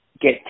Get